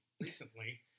recently